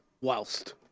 Whilst